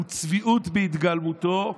הוא צביעות בהתגלמותה.